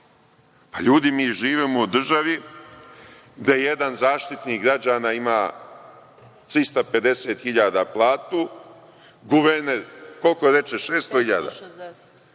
Ljudi, mi živimo u državi gde jedan Zaštitnik građana ima 350 hiljada platu, guverner, koliko reče, 600